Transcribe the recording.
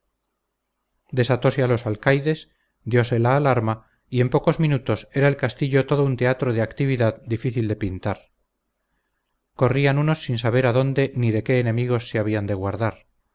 desatóse a los alcaides diose la alarma y en pocos minutos era el castillo todo un teatro de actividad difícil de pintar corrían unos sin saber adónde ni de qué enemigos se habían de guardar